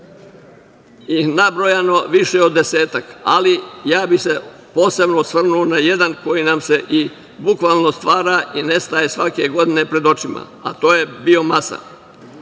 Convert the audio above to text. je nabrojano više od desetak, ali ja bih se posebno osvrnuo na jedan koji nam se bukvalno stvara i nestaje svake godine pred očima, a to je biomasa. Kao